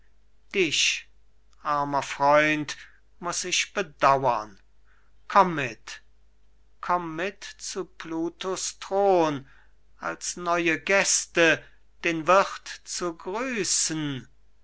armer freund muß ich bedauern komm mit komm mit zu pluto's thron als neue gäste den wirth zu grüßen